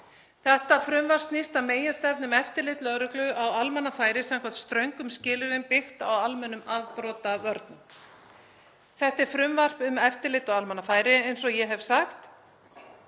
Þetta frumvarp snýst að meginstefnu um eftirlit lögreglu á almannafæri samkvæmt ströngum skilyrðum, byggt á almennum afbrotavörnum. Þetta er frumvarp um eftirlit á almannafæri, eins og ég hef sagt,